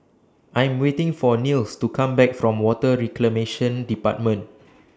I Am waiting For Nils to Come Back from Water Reclamation department